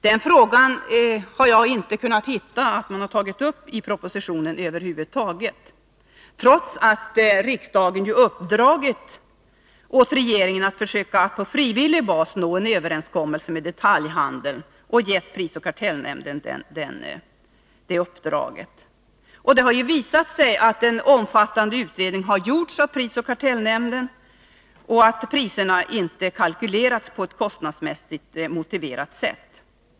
Jag harinte kunnat finna att man tagit upp den frågan i propositionen över huvud taget, trots att riksdagen uppdragit åt regeringen att försöka att på frivillig bas nå en överenskommelse med detaljhandeln och ge prisoch kartellnämnden det uppdraget. En omfattande utredning har också gjorts av prisoch kartellnämnden, och den visar att priserna inte kalkyleras på ett kostnadsmässigt motiverat sätt.